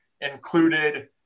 included